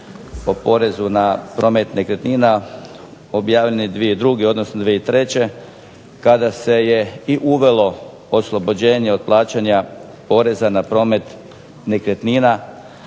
o porezu na promet nekretnina objavljene 2002. odnosno 2003. kada se je i uvelo oslobođenje od plaćanja poreza na promet nekretnina,